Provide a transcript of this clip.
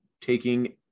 taking